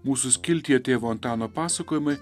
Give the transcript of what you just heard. mūsų skiltyje tėvo antano pasakojimai